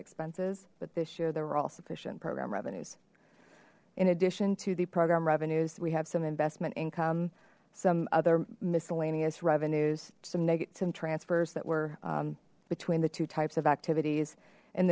expenses but this year there were all sufficient program revenues in addition to the program revenues we have some investment income some other miscellaneous revenues some negatives and transfers that were between the two types of activities and